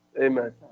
Amen